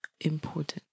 Important